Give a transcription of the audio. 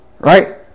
Right